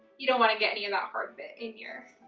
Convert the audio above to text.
you don't want to get any of that hard bit in your,